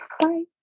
Bye